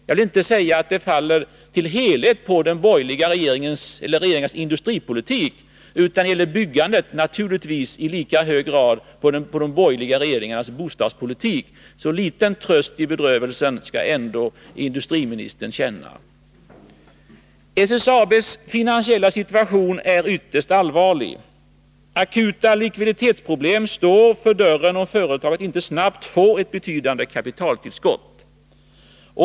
Jag vill inte säga att det helt faller på de borgerliga regeringarnas industripolitik, utan när det gäller byggandet så faller naturligtvis ansvaret i lika hög grad på de borgerliga regeringarnas bostadspolitik. Så liten tröst i bedrövelsen skall industriministern ändå känna. SSAB:s finansiella situation är ytterst allvarlig. Akuta likviditetsproblem står för dörren om företaget inte snabbt får ett betydande kapitaltillskott.